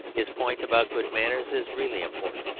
his point about good manners is really important.